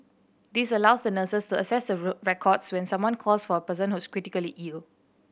this allows the nurses to access records when someone calls for a person who is critically ill